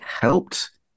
helped